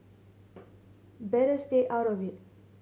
better stay out of it